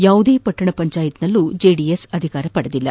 ಯಾವುದೇ ಪಟ್ಟಣ ಪಂಚಾಯತ್ನಲ್ಲಿ ಜೆಡಿಎಸ್ ಅಧಿಕಾರ ಪಡೆದಿಲ್ಲ